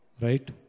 Right